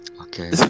Okay